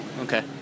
Okay